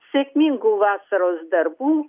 sėkmingų vasaros darbų